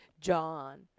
John